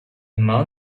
man